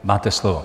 Máte slovo.